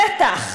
בטח.